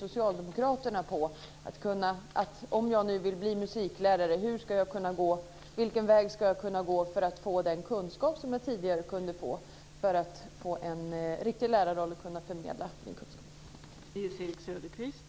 Om jag nu vill bli musiklärare, vilken väg ska jag gå för att få den kunskap som jag tidigare kunde få för en riktig lärarroll och möjlighet att förmedla mina kunskaper?